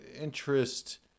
interest